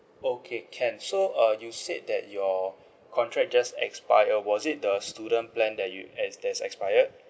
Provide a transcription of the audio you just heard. okay can so uh you said that your contract just expire was it the student plan that you as that's expired